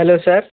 hello sir